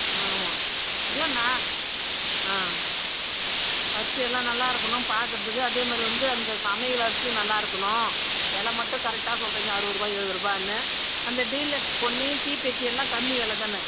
ஆமாம் இல்லை நான் ஆ ஆ அரிசியெல்லாம் நல்லாயிருக்கணும் பார்க்குறதுக்கு அதேமாதிரி வந்து அந்த சமையல் அரிசியும் நல்லாயிருக்குணும் வில மட்டும் கரெக்ட்டாக சொல்கிறிங்க அறுபது ரூபாய் எழுபது ரூபாய்ன்னு அந்த டீலக்ஸ் பொன்னி தீப்பெட்டியெல்லாம் கம்மி விலை தானே